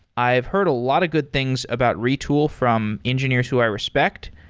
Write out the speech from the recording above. i've heard a lot of good things about retool from engineers who i respect.